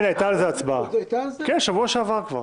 כן, הייתה על זה הצבעה, בשבוע שעבר כבר.